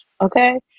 Okay